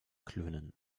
klönen